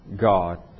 God